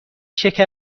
شکر